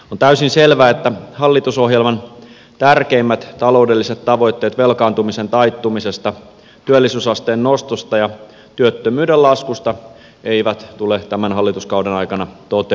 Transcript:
on täysin selvää että hallitusohjelman tärkeimmät taloudelliset tavoitteet velkaantumisen taittumisesta työllisyysasteen nostosta ja työttömyyden laskusta eivät tule tämän hallituskauden aikana toteutumaan